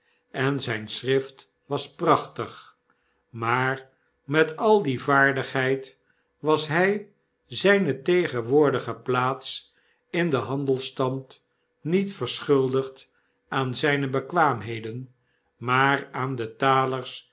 en zijn schrift was prachtig maar met al die vaardigheid was hrj zyne tegenwoordige plaats in den handelstand niet verschuldigd aan zjjne bekwaamheden maar aan de